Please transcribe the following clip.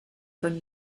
van